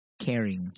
caring